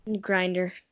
Grinder